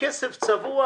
מדובר בכסף צבוע,